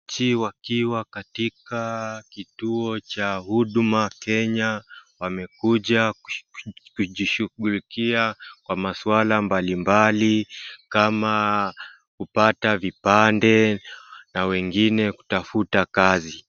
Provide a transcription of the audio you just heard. Wananchi wakiwa katika kituo cha Huduma Kenya wamekuja kujishughulikia kwa masuala mbalimbali kama kupata vipande na wengine kutafuta kazi.